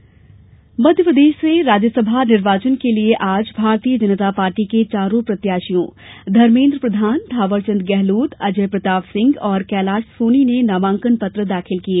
राज्यसभा नामांकन मध्यप्रदेश से राज्यसभा निर्वाचन के लिए आज भारतीय जनता पार्टी के चारों प्रत्याशियों धर्मेद्र प्रधान थावरचंद गेहलोत अजय प्रताप सिंह और कैलाश सोनी ने नामांकनपत्र दाखिल किए